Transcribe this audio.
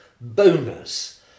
bonus